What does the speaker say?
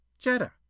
Jetta